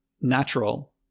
natural